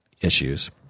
issues